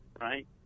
right